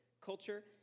culture